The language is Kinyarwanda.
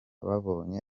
babonye